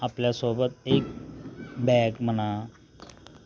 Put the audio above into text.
आपल्यासोबत एक बॅग म्हणा